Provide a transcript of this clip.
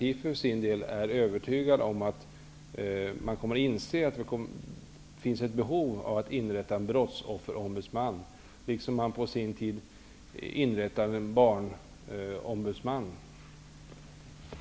Vi för vår del är övertygade om att man kommer att inse att det finns ett behov av att inrätta en brottsofferombudsman -- precis som var fallet på den tiden då en barnombudsman inrättades.